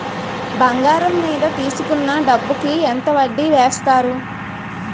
బంగారం మీద తీసుకున్న డబ్బు కి ఎంత వడ్డీ వేస్తారు?